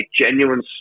genuine